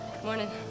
Morning